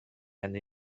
and